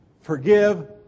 forgive